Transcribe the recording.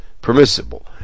permissible